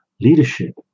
Leadership